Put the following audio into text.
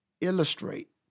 illustrate